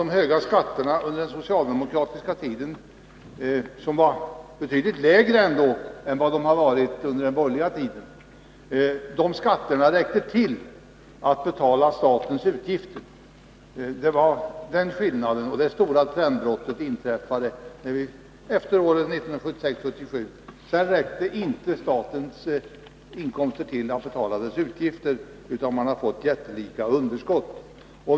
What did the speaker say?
De höga skatterna under den socialdemokratiska tiden, vilka var betydligt lägre än de har varit under den borgerliga tiden, räckte ändå till för att betala statens utgifter. Det stora trendbrottet inträffade 1976/77. Sedan räckte statens inkomster inte till för att betala dess utgifter, utan man har fått jättelika underskott.